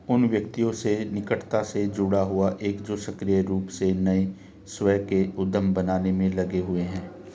उन व्यक्तियों से निकटता से जुड़ा हुआ है जो सक्रिय रूप से नए स्वयं के उद्यम बनाने में लगे हुए हैं